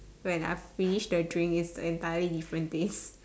when I finish the drink is the entirely different taste